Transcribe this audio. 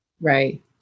Right